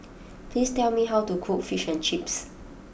please tell me how to cook Fish and Chips